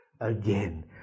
again